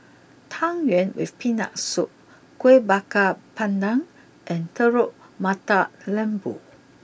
Tang Yuen with Peanut Soup Kuih Bakar Pandan and Telur Mata Lembu